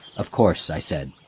of course, i said.